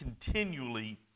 continually